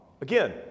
Again